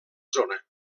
zona